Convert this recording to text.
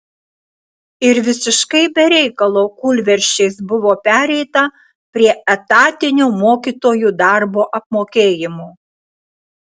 ir visiškai be reikalo kūlversčiais buvo pereita prie etatinio mokytojų darbo apmokėjimo